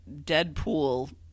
Deadpool